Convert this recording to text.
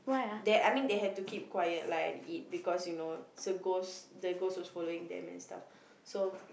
they I mean like they have to keep quiet like and eat because you know it's a ghost the ghost was following them and stuff